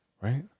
Right